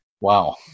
Wow